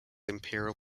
imperial